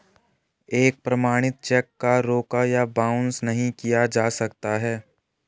एक प्रमाणित चेक को रोका या बाउंस नहीं किया जा सकता है